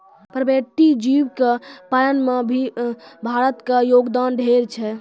पर्पटीय जीव के पालन में भी भारत के योगदान ढेर छै